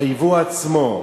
הייבוא עצמו.